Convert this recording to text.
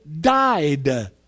died